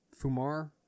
Fumar